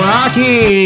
Rocky